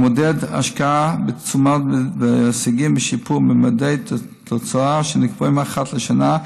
המודד השקעה בתשומות והישגים בשיפור במדדי תוצאה שנקבעים אחת לשנה,